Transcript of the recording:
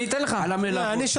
להגיד אף אחד,